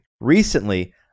Recently